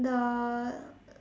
the